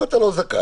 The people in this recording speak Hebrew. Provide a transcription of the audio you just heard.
אם אתה לא זכאי,